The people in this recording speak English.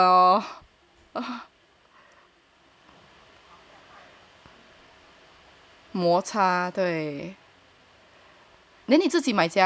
摩擦对 then 你自己买家了 lah